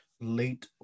late